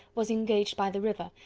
was engaged by the river,